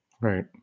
Right